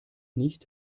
nicht